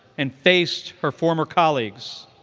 and faced her former colleagues.